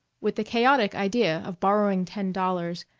with the chaotic idea of borrowing ten dollars,